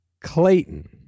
Clayton